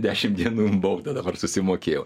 dešimt dienų baudą dabar susimokėjau